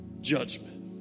Judgment